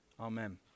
Amen